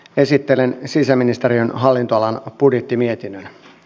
esittelen sisäministeriön hallinnonalan budjettimietinnön